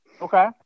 Okay